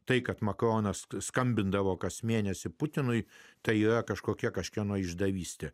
tai kad makronas skambindavo kas mėnesį putinui tai kažkokia kažkieno išdavystė